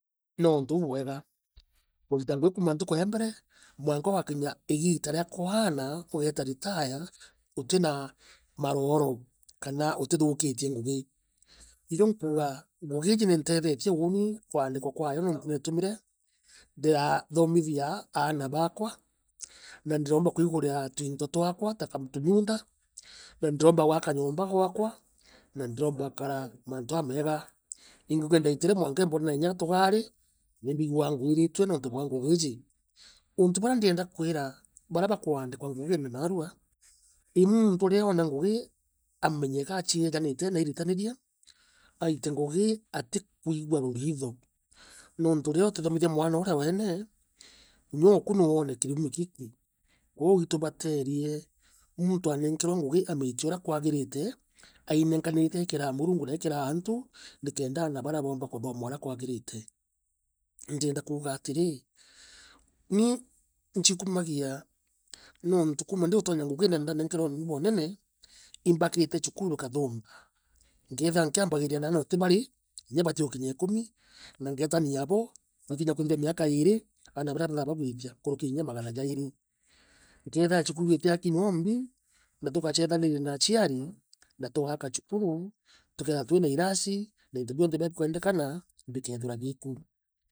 No ontu bubuega kurita ngugi kuuma ntuku ya mbene mwaka ugakinya igita ria kwaana ugeeta ritaya utina marooro kana utithukitie ngugi irio nkuuga ngugi iiji niintethetie uuni kwaandikwa kwayo nuntu nietumire ndira thomithia aana baakwa na ndiroomba kwigurira twinto twakwa ta tumuunda na ndiroomba gwako nyomba gwaakua na ndiroombaukara maantu aamega ngugi ndaitire embonera inya tugari na imbigagu ngwiriitue nontu bwa ngugi iiji untu buria ndieda kwira karia bakuaandikwa ngugine naama i muuntu rii oona ngugi ameye kaichiejani na aivitanirie aite ngugi atikwigua runtho nontu riria atithomithera mwana urea ueene inya oku no ene kivumi giki, kwou itubatirie muuntu aanenkerwo nguagi amiite uria kuugirite ainenkanirie aikiraa Murungu na aikiraa antu ni kenda aana baria beemba kuthoma uria kwigirite ndienda kuuga atirii ni nchikumanja nontu kuma ndiutonya ngugire ndanenkerwe unene imbakite cukuru kathumba nkeethaira nkiambaigiria ne aana batiri inya batiukinya ikumi na ngeetania abo twikinya kuthiria miaka iiri aana baria bakeethira bagwitia kinya nkuruki ya magana jairi. Nkeethia cukuru itiaki nombi na tukateethaniria na aciari na tugaaka cukuru tukeethira ra twina irasi ra inti bionthe bira bikwendekana bikeethira buku.